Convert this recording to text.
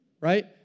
right